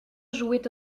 jouaient